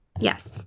yes